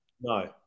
No